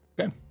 Okay